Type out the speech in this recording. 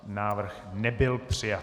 Návrh nebyl přijat.